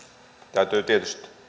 täytyy tietysti